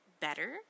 better